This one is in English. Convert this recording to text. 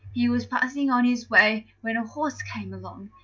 he was passing on his way when a horse came along.